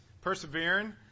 persevering